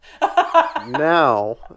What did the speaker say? now